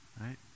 Right